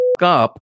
up